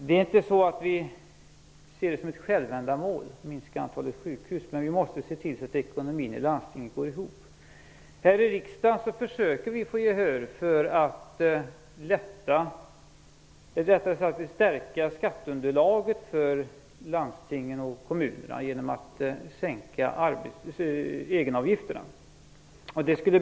Det är inte så att vi ser det som ett självändamål att minska antalet sjukhus, men vi måste se till så att ekonomin inom landstinget går ihop. Här i riksdagen försöker vi få gehör för förslaget att stärka skatteunderlaget för landstingen och kommunerna genom att sänka egenavgifterna.